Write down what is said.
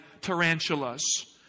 tarantulas